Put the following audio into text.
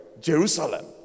Jerusalem